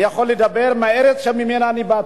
אני יכול לדבר על הארץ שממנה באתי.